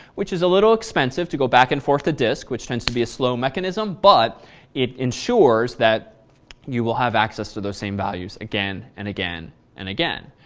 which is a little expensive to go back and forth to disk, which tends to be a slow mechanism but it ensures that you will have access to those same values again and again and again.